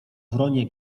wronie